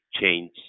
change